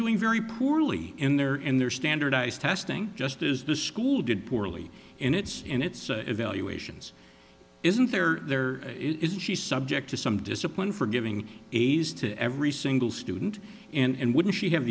doing very poorly in their in their standardized testing just is the school did poorly in its in its evaluations isn't there there is she subject to some discipline for giving aids to every single student and wouldn't she have